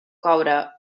coure